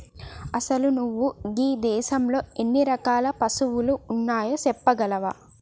అసలు నువు గీ దేసంలో ఎన్ని రకాల పసువులు ఉన్నాయో సెప్పగలవా